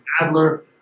Adler